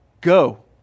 go